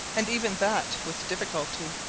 and even that with difficulty,